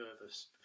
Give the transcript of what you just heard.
nervous